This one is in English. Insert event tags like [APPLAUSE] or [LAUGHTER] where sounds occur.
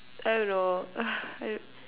I don't know [NOISE] I